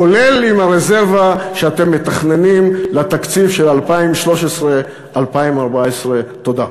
כולל עם הרזרבה שאתם מתכננים לתקציב של 2013 2014. תודה.